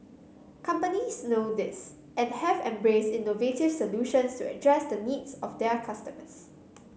companies know this and have embraced innovative solutions to address the needs of their customers